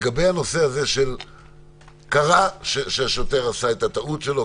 לגבי הנושא הזה שקרה שהשוטר עשה את הטעות שלו,